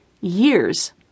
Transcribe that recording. years